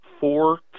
four